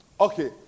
Okay